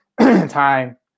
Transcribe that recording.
time